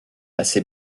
assez